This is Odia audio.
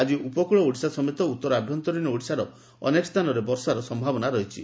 ଆଜି ଉପକ୍ଳ ଓଡ଼ିଶା ସମେତ ଉତ୍ତର ଆଭ୍ୟନ୍ତରୀଣ ଓଡ଼ିଶାର ଅନେକ ସ୍ରାନରେ ବର୍ଷାର ସମ୍ଭାବନା ରହିଛି